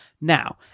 Now